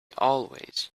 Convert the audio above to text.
always